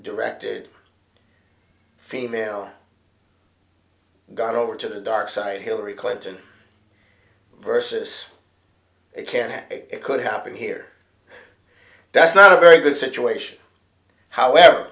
directed female got over to the dark side hillary clinton versus it can happen it could happen here that's not a very good situation however